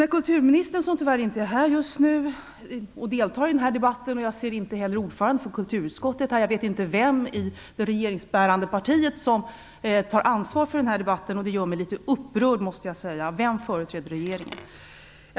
Tyvärr deltar inte kulturministern i dagens debatt och inte heller kulturutskottets ordförande, så jag vet inte vem som i det regeringsbärande partiet deltar i den här debatten. Det gör mig litet upprörd. Vem företräder regeringen?